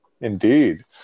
Indeed